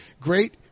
Great